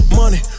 money